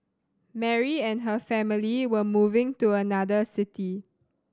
Mary and her family were moving to another city